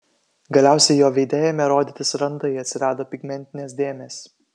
galiausiai jo veide ėmė rodytis randai atsirado pigmentinės dėmės